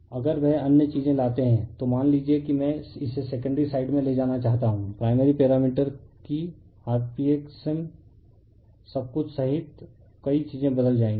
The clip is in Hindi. अगर वह अन्य चीजें लाते है तो मान लीजिए कि मैं इसे सेकेंडरी साइड में ले जाना चाहता हूं प्राइमरी पैरामीटर कि rpxm सब कुछ सहित कई चीजें बदल जाएंगी